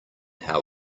how